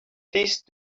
please